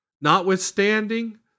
Notwithstanding